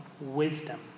wisdom